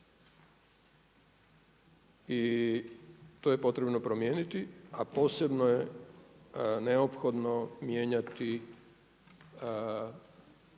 I to je potrebno promijeniti, a posebno je neophodno mijenjati